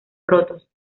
rotos